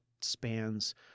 spans